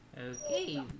okay